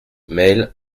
mail